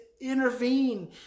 intervene